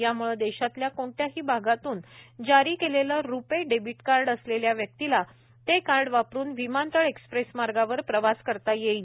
याम्ळे देशातल्या कोणत्याही भागातून जारी केलेलं रुपे डेबिट कार्ड असलेल्या व्यक्तीला ते कार्ड वापरुन विमानतळ एक्सप्रेस मार्गावर प्रवास करता येईल